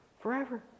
forever